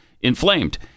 inflamed